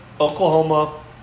Oklahoma